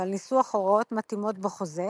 ועל ניסוח הוראות מתאימות בחוזה,